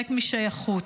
ריק משייכות.